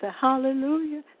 hallelujah